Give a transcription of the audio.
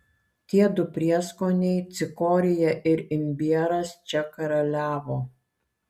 tie du prieskoniai cikorija ir imbieras čia karaliavo